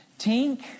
tink